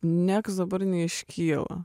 nieks dabar neiškyla